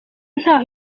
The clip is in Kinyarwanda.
ntaho